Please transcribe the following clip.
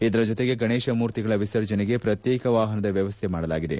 ಇದರ ಜೊತೆಗೆ ಗಣೇಶ ಮೂರ್ತಿಗಳ ವಿಸರ್ಜನೆಗೆ ಪ್ರತ್ಯೇಕ ವಾಹನದ ವ್ಯವ್ಯಕ್ತೆ ಮಾಡಲಾಗಿದೆ